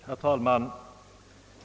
Herr talman!